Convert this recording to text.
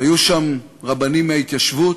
היו שם רבנים מההתיישבות,